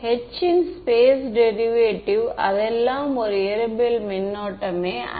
H இன் space derivative அது எல்லாம் ஒரு இயற்பியல் மின்னோட்டமே அல்ல